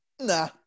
nah